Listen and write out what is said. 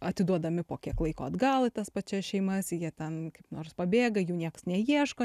atiduodami po kiek laiko atgal į tas pačias šeimas jie ten kaip nors pabėga jų nieks neieško